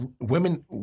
Women